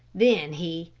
then he,